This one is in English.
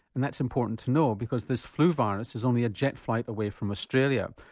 and that's important to know because this flu virus is only a jet flight away from australia.